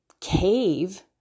cave